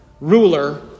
ruler